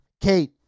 kate